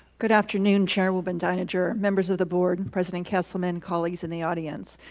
good afternoon chairwoman deininger, members of the board, and president kesselman, colleagues in the audience.